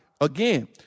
Again